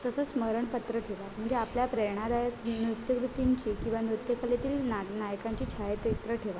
तसंच स्मरणपत्र ठेवा म्हणजे आपल्या प्रेरणादायक नृत्यकृतींची किंवा नृत्यकलेतील ना नायकांची छायाचित्र ठेवा